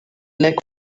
leg